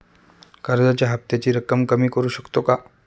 कर्जाच्या हफ्त्याची रक्कम कमी करू शकतो का?